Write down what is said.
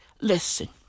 listen